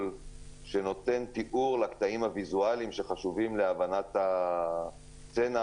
שנותן תיאור לקטעים הוויזואליים שחשובים להבנת הסצנה